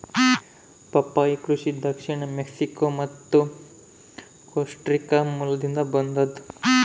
ಪಪ್ಪಾಯಿ ಕೃಷಿ ದಕ್ಷಿಣ ಮೆಕ್ಸಿಕೋ ಮತ್ತು ಕೋಸ್ಟಾರಿಕಾ ಮೂಲದಿಂದ ಬಂದದ್ದು